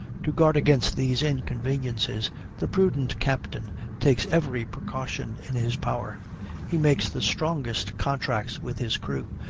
to guard against these inconveniences the prudent captain takes every precaution in his power he makes the strongest contracts with his crew,